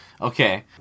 okay